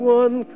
one